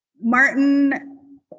Martin